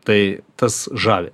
tai tas žavi